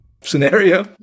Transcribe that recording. scenario